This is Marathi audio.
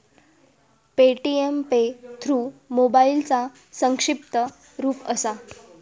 पे.टी.एम पे थ्रू मोबाईलचा संक्षिप्त रूप असा